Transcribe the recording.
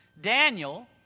Daniel